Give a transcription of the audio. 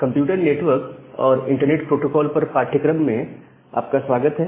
computer network और internet protocol पर पाठ्यक्रम में आपका स्वागत है